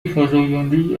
فزایندهای